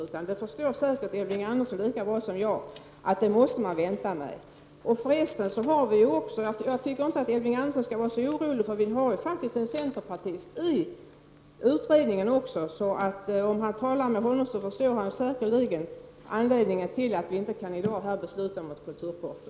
Elving Andersson förstår säkerligen lika bra som jag att man måste vänta med detta. Jag tycker för övrigt att Elving Andersson inte behöver vara så orolig, med tanke på att det faktiskt också finns en centerpartist med i utredningen. Om Elving Andersson talar med denne, skall han säkerligen förstå anledningen till att vi här inte i dag kan besluta om ett kulturporto.